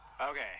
Okay